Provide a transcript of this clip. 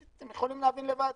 אתם יכולים להבין לבד.